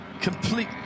complete